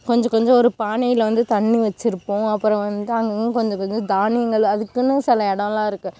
கொஞ்சம் கொஞ்சம் ஒரு பானையில் வந்து தண்ணி வச்சிருப்போம் அப்புறம் வந்து அங்கங்கே கொஞ்சம் கொஞ்சம் தானியங்கள் அதுக்குன்னும் சில இடோல்லாம் இருக்கு